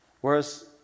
Whereas